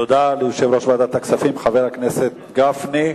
תודה ליושב-ראש ועדת הכספים, חבר הכנסת גפני.